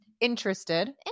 interested